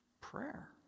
prayer